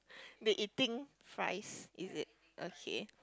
they eating fries is it okay